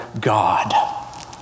God